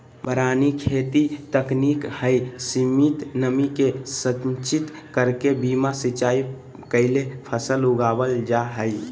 वारानी खेती तकनीक हई, सीमित नमी के संचित करके बिना सिंचाई कैले फसल उगावल जा हई